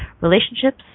relationships